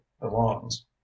belongs